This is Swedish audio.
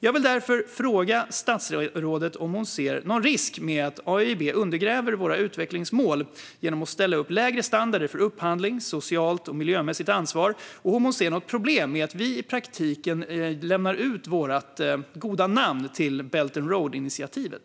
Jag vill därför fråga statsrådet om hon ser någon risk med att AIIB undergräver våra utvecklingsmål genom att ställa upp lägre standarder för upphandling och socialt och miljömässigt ansvar. Och ser hon något problem med att Sverige i praktiken lämnar ut sitt goda namn till Belt and Road-initiativet?